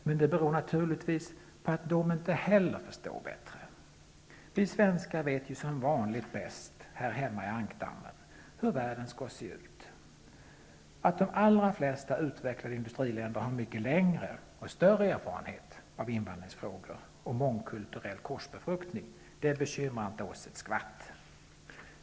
Men det beror naturligtvis på att inte de heller förstår bättre. Vi svenskar vet ju som vanligt bäst här hemma i ankdammen hur världen skall se ut. Att de allra flesta utvecklade industriländer har mycket längre och större erfarenhet av invandringsfrågor och mångkulturell korsbefruktning bekymrar inte oss ett skvatt.